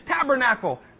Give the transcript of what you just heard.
tabernacle